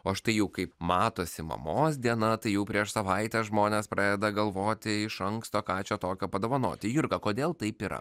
o štai jau kaip matosi mamos diena tai jau prieš savaitę žmonės pradeda galvoti iš anksto ką čia tokio padovanoti jurga kodėl taip yra